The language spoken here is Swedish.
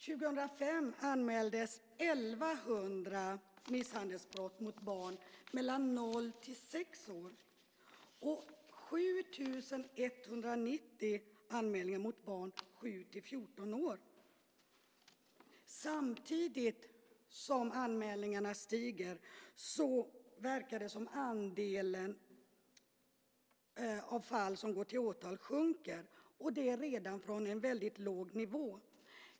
År 2005 anmäldes 1 100 misshandelsbrott mot barn i åldern 0-6 år, och det var 7 190 anmälningar om brott mot barn i åldern 7-14 år. Samtidigt som antalet anmälningar stiger verkar det som att andelen av fall som går till åtal sjunker, och det redan från en väldigt låg nivå.